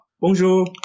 Bonjour